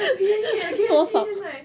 很便宜 leh K_F_C 现在